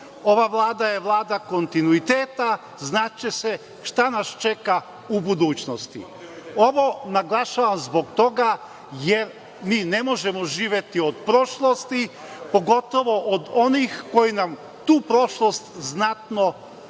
ova Vlada je Vlada kontinuiteta, znaće se šta nas čeka u budućnosti. Ovo naglašavam zbog toga jer mi ne možemo živeti od prošlosti, pogotovo od onih koji nam tu prošlost znatno